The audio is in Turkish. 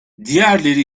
diğerleri